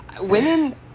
Women